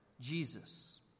Jesus